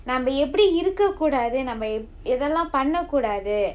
நாம எப்படி இருக்கக்கூடாது நாம எதலாம் பண்ண கூடாது:naama eppadi irukkakkoodaadhu naama ethalaam panna koodaadhu